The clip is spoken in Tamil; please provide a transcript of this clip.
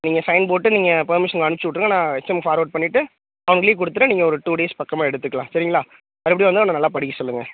நீங்கள் சைன் போட்டு நீங்கள் பெர்மிஸ்ஷன் அனுப்புச்சு விட்ருங்க நான் ஹச் எம்க்கு பார்வேட் பண்ணிவிட்டு அவங்க லீவ் கொடுத்துட்டா நீங்கள் ஒரு டூ டேஸ் பக்கமாக எடுத்துக்கலாம் சரிங்களா மறுபடியும் வந்து அவனை படிக்க சொல்லுங்கள்